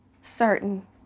certain